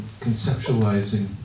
conceptualizing